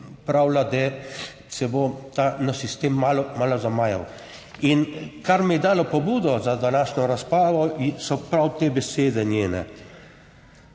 pravila, da se bo ta naš sistem malo zamajal in kar mi je dalo pobudo za današnjo razpravo so prav te besede njene.